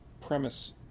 premise